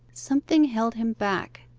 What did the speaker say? something held him back,